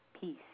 Peace